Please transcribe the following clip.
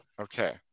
Okay